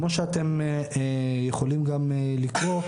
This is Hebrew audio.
כמו שאתם יכולים לקרוא,